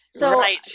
Right